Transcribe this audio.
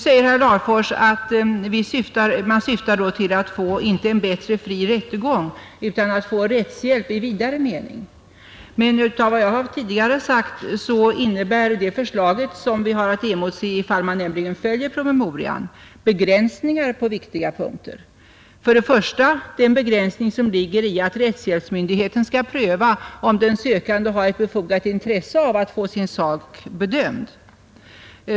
Herr Larfors säger att man inte syftar till att få en bättre fri rättegång utan till att få rättshjälp i vidare mening. Men som jag tidigare sagt innebär det förslag som vi har att emotse, om man följer promemorian, begränsningar på viktiga punkter. För det första är det den begränsning som ligger i att rättshjälpsmyndigheten skall pröva om den sökande har ett befogat intresse av att få sin sak bedömd.